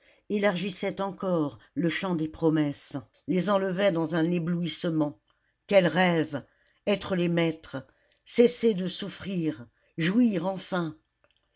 élargissait encore le champ des promesses les enlevait dans un éblouissement quel rêve être les maîtres cesser de souffrir jouir enfin